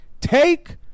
take